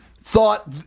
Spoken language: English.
thought